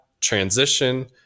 transition